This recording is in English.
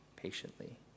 Patiently